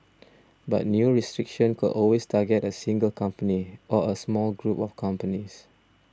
but new restrictions could always target a single company or a small group of companies